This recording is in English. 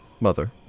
mother